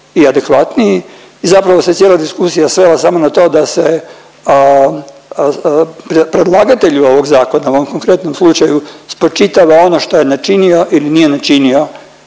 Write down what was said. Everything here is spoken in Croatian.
i adekvatniji i zapravo se cijela diskusija svela samo na to da se predlagatelju ovog zakona u ovom konkretnom slučaju, spočitava ono što je načinio ili nije načinio